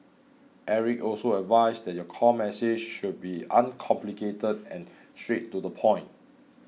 Eric also advised that your core message should be uncomplicated and straight to the point